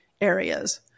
areas